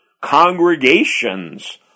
congregations